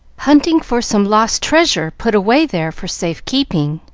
hunting for some lost treasure put away there for safe keeping,